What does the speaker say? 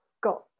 got